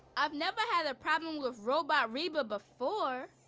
i've never had a problem with robot reba before.